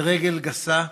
ברגל גסה,